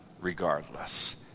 regardless